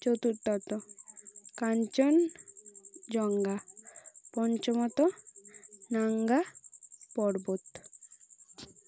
চতুর্থত কাঞ্চনজঙ্ঘা পঞ্চমত নাঙ্গা পর্বত